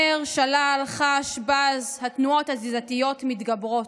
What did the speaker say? מהר-שלל-חש-בז, התנועות התזזיתיות מתגברות,